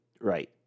right